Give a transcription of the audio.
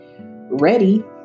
ready